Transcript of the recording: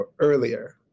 earlier